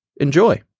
enjoy